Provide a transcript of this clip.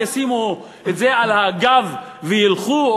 ישימו את זה על הגב וילכו,